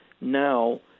Now